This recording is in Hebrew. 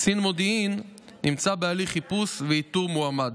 קצין מודיעין נמצא בהליך חיפוש ואיתור מועמד.